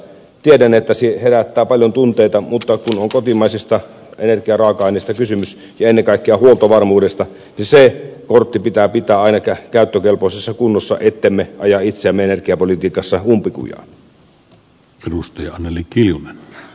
tiedän että se herättää paljon tunteita mutta kun on kotimaisista energiaraaka aineista kysymys ja ennen kaikkea huoltovarmuudesta niin se portti pitää pitää aina käyttökelpoisessa kunnossa ettemme aja itseämme energiapolitiikassa umpikujaan